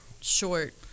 short